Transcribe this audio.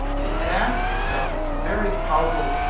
it asked a very powerful,